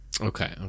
Okay